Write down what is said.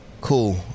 Cool